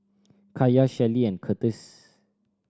Kaiya Shelli and Curtis